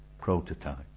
prototype